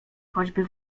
choćby